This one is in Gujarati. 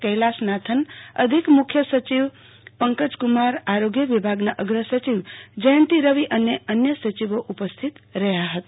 કેલાસનાથન અધિક મુખ્ય સચિવ પંકજકુમાર આરોગ્ય વિભાગના અગ્રસાચવ જયતિ રવિ અને અન્ય સચિવો ઉપસ્થિત રહયા હતા